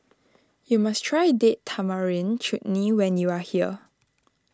you must try Date Tamarind Chutney when you are here